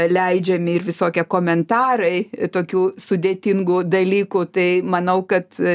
leidžiami ir visokie komentarai tokių sudėtingų dalykų tai manau kad